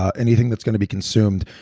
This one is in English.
ah anything that's going to be consumed,